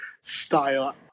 style